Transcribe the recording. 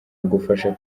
agufasha